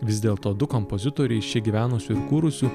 vis dėlto du kompozitoriai iš čia gyvenusių ir kūrusių